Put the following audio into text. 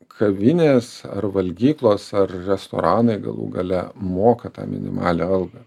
kavinės ar valgyklos ar restoranai galų gale moka tą minimalią algą